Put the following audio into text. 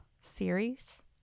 series